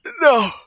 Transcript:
No